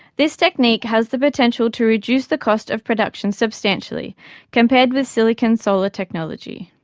this technique has the potential to reduce the cost of production substantially compared with silicon solar technology.